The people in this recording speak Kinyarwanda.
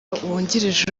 wungirije